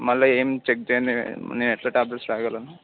మళ్ళా ఏం చెక్ చేయందే నేను నేను ఎట్లా ట్యాబ్లెట్స్ రాయగలను